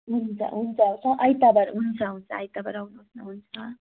हुन्छ हुन्छ आइतवार हुन्छ हुन्छ आइतवार आउनु होस् न हुन्छ